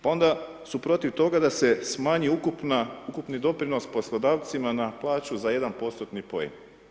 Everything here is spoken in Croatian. Pa onda su protiv toga da se smanji ukupni doprinos poslodavcima na plaću za 1%-tni poen.